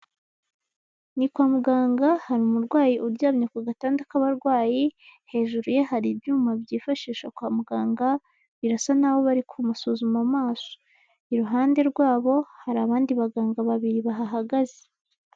Ni kwa muganga hari umurwayi uryamye ku gatanda k'abarwayi, hejuru ye hari ibyuma byifashisha kwa muganga, birasa naho bari kumusuzuma amaso, iruhande rwabo hari abandi baganga babiri bahahagaze.